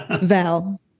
Val